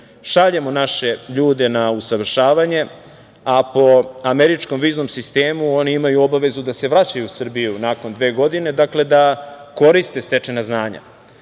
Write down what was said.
Šaljemo naše ljude na usavršavanje, a po američkom viznom sistemu oni imaju obavezu da se vraćaju u Srbiju nakon dve godine da koriste stečena znanja. Treba